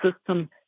system